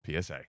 PSA